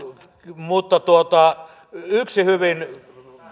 mutta yksi hyvin